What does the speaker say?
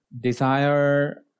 desire